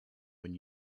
when